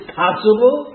possible